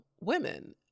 women